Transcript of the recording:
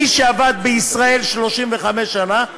מי שעבד בישראל 35 שנה,